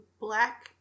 black